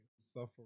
suffer